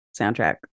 soundtrack